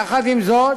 יחד עם זאת,